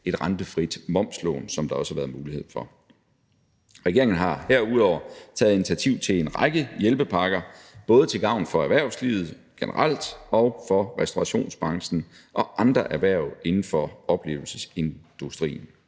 et rentefrit momslån, som der også har været mulighed for. Regeringen har herudover taget initiativ til en række hjælpepakker, både til gavn for erhvervslivet generelt og for restaurationsbranchen og andre erhverv inden for oplevelsesindustrien.